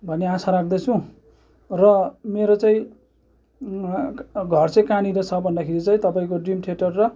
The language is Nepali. भन्ने आशा राख्दछु र मेरो चाहिँ घर चाहिँ कहाँनिर छ भन्दाखेरि चाहिँ तपाईँको ड्रिम थिएटर र